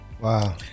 Wow